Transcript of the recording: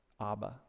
Abba